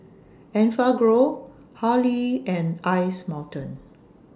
Enfagrow Hurley and Ice Mountain